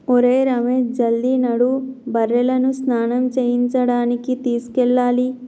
ఒరేయ్ రమేష్ జల్ది నడు బర్రెలను స్నానం చేయించడానికి తీసుకెళ్లాలి